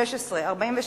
16, 47,